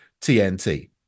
tnt